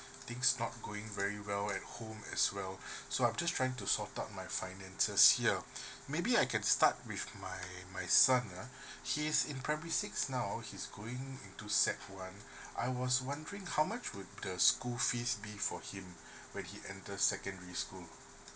things not going very well at home as well so I'm just trying to sort out my finances this year maybe I can start with my my son ah he is in primary six now he's going to sec one I was wondering how much would the school fees be for him when he entered secondary school